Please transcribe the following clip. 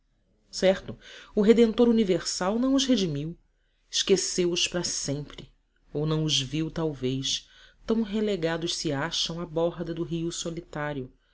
certo o redentor universal não os redimiu esqueceu os para sempre ou não os viu talvez tão relegados se acham à borda do rio solitário